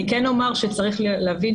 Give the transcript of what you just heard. אני כן אומר שצריך להבין,